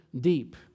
Deep